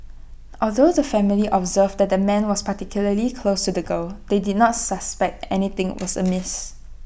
although the family observed that the man was particularly close the girl they did not suspect anything was amiss